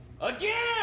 Again